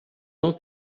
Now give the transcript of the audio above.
não